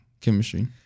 Chemistry